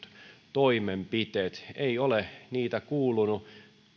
toimenpiteet ei ole niitä kuulunut